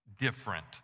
different